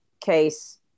case